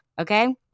okay